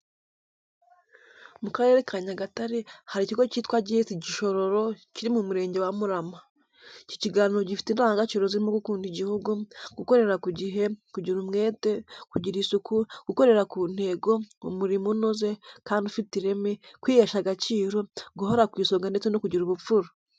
Mu Karere ka Nyagatare hari ikigo cyitwa G.S Gishororo kiri mu Murenge wa Murama. Iki kigo gifite indangagaciro zirimo gukunda igihugu, gukorera ku gihe, kugira umwete, kugira isuku, gukorera ku ntego, umurimo unoze kandi ufite ireme, kwihesha agaciro, guhora ku isonga ndetse no kugira ubupfura.